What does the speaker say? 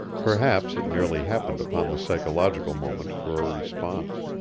perhaps it merely happened upon the psychological moment for a response.